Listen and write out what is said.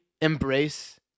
embrace